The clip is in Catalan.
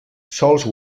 sols